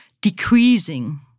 decreasing